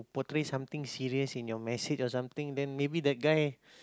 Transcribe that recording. portray something serious in your message or something then maybe that guy